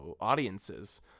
audiences